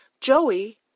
joey